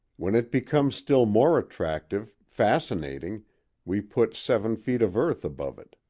when it becomes still more attractive fascinating we put seven feet of earth above it.